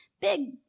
big